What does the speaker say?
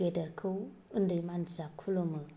गेदेरखौ उन्दै मानसिआ खुलुमो